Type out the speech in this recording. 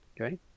Okay